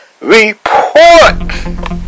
report